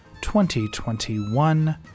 2021